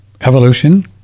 evolution